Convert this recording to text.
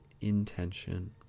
intention